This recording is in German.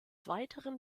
weiteren